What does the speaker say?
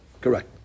Correct